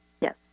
Yes